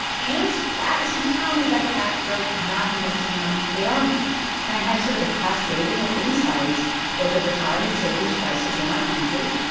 and that is compounded by the fact they're not investing the money they are making i had sort of a cascading of insights that the retirement savings crisis in our country,